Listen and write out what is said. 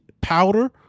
powder